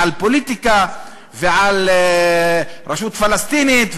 על פוליטיקה ועל הרשות הפלסטינית,